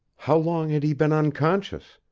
how long had he been unconscious?